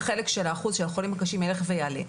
החלק של האחוז של החולים הקשים ילך ויעלה,